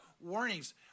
warnings